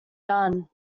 done